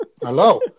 Hello